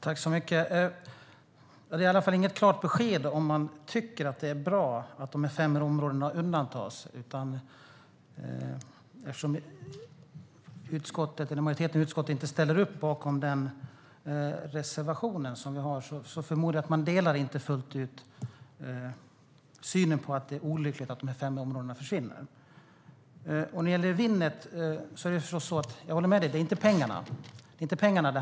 Herr talman! Det är i alla fall inget klart besked om man tycker att det är bra att de här fem områdena undantas. Eftersom majoriteten i utskottet inte ställer upp bakom den reservation vi har förmodar jag att man inte fullt ut delar synen på att det är olyckligt att dessa fem områden försvinner. När det gäller Winnet håller jag med om att det inte handlar om pengarna.